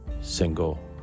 single